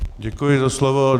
Děkuji za slovo.